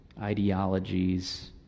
ideologies